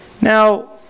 Now